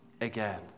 again